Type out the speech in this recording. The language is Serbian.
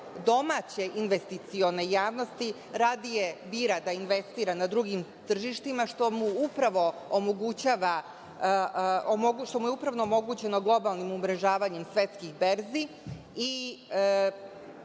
domaće investicione javnosti radija bira da investira na drugim tržištima, što je upravo omogućeno globalnim umrežavanjem svetskih berzi